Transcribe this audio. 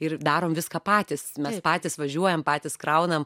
ir darom viską patys mes patys važiuojam patys kraunam